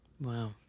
Wow